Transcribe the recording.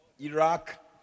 Iraq